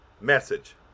message